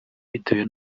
bitewe